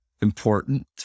important